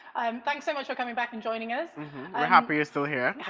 thanks so much for coming back and joining us? we're happy you're still here?